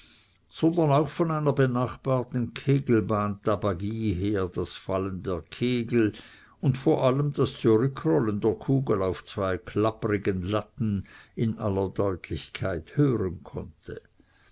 sondern auch von einer benachbarten kegelbahntabagie her das fallen der kegel und vor allem das zurückrollen der kugel auf zwei klapprigen latten in aller deutlichkeit hören konnte